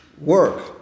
work